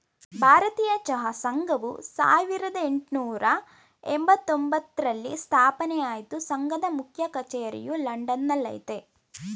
ಭಾರತೀಯ ಚಹಾ ಸಂಘವು ಸಾವಿರ್ದ ಯೆಂಟ್ನೂರ ಎಂಬತ್ತೊಂದ್ರಲ್ಲಿ ಸ್ಥಾಪನೆ ಆಯ್ತು ಸಂಘದ ಮುಖ್ಯ ಕಚೇರಿಯು ಲಂಡನ್ ನಲ್ಲಯ್ತೆ